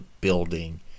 building